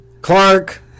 Clark